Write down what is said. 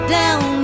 down